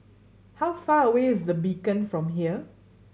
how far away is The Beacon from here